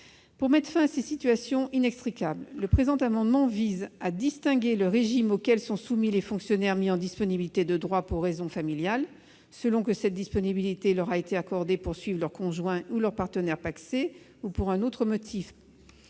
Pour mettre fin à cette situation inextricable, le présent amendement vise, d'une part, à distinguer le régime auquel sont soumis les fonctionnaires mis en disponibilité de droit pour raisons familiales, selon que cette disponibilité leur a été accordée pour suivre leur conjoint ou leur partenaire pacsé ou pour un autre motif-